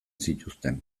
zituzten